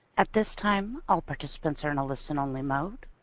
at this time, all participants are in a listen-only mode.